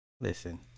listen